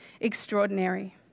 extraordinary